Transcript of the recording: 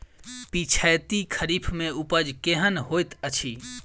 पिछैती खरीफ मे उपज केहन होइत अछि?